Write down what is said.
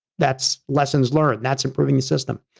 that's lessons learned, that's improving the system.